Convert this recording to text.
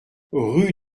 rue